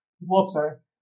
water